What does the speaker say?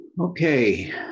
Okay